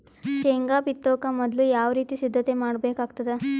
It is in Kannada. ಶೇಂಗಾ ಬಿತ್ತೊಕ ಮೊದಲು ಯಾವ ರೀತಿ ಸಿದ್ಧತೆ ಮಾಡ್ಬೇಕಾಗತದ?